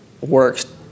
works